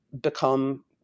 become